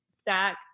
stack